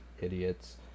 idiots